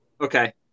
Okay